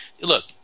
Look